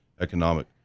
economic